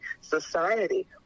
society